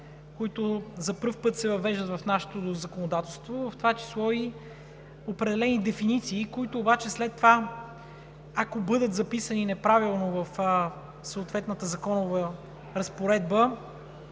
които се въвеждат за първи път в нашето законодателство, в това число и определени дефиниции, които обаче след това, ако бъдат записани неправилно в съответната законова разпоредба,